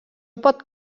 pot